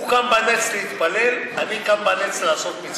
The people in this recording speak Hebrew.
הוא קם בנץ להתפלל, אני קם בנץ לעשות מצוות.